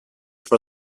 for